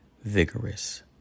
vigorous